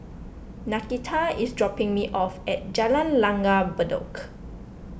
Nakita is dropping me off at Jalan Langgar Bedok